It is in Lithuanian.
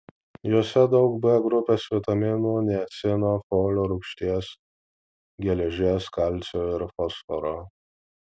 juose daug b grupės vitaminų niacino folio rūgšties geležies kalcio ir fosforo